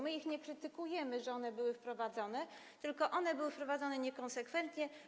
My ich nie krytykujemy, że one były wprowadzone, tylko one były wprowadzone niekonsekwentnie.